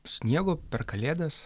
sniego per kalėdas